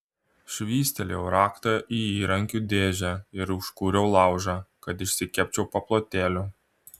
švystelėjau raktą į įrankių dėžę ir užkūriau laužą kad išsikepčiau paplotėlių